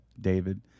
David